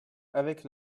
avec